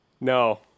No